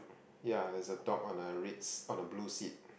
yeah there's a top on the red on the blue seat